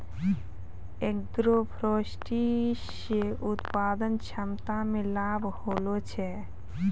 agroforestry से उत्पादन क्षमता मे लाभ होलो छै